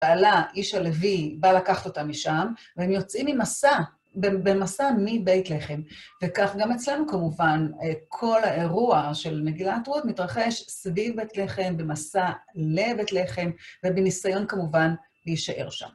בעלה, איש הלוי, בא לקחת אותה משם, והם יוצאים עם מסע, במסע מבית לחם. וכך גם אצלנו כמובן, כל האירוע של מגילת רות מתרחש סביב בית לחם, במסע לבית לחם, ובניסיון כמובן להישאר שם.